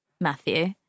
Matthew